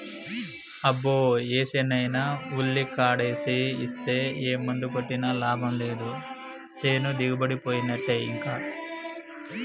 అబ్బో ఏసేనైనా ఉల్లికాడేసి ఇస్తే ఏ మందు కొట్టినా లాభం లేదు సేను దిగుబడిపోయినట్టే ఇంకా